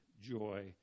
joy